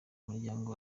umuryango